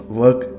work